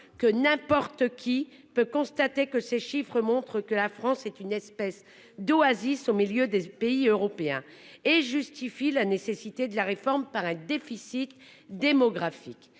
que n'importe qui peut constater que ces chiffres montrent que la France est une espèce d'oasis au milieu des pays européens et justifie la nécessité de la réforme, par un déficit démographique,